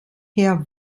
herr